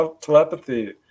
telepathy